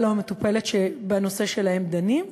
למטופל או למטופלת שבנושא שלהם דנים.